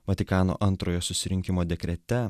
vatikano antrojo susirinkimo dekrete